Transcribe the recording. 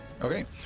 Okay